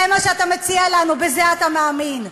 זה מה שאתה מציע לנו, בזה אתה מאמין.